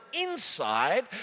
inside